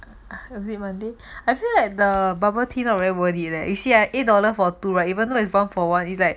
was it monday I feel that the bubble tea not really worth it leh you see ah eight dollar for two right even though is one for one is like